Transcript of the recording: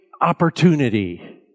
opportunity